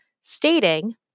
stating